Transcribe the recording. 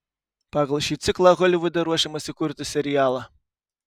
pagal šį ciklą holivude ruošiamasi kurti serialą